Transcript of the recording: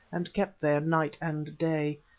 and kept there night and day.